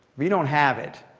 you don't have it,